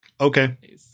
Okay